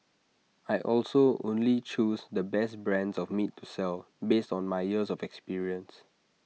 I also only choose the best brands of meat to sell based on my years of experience